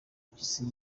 mpyisi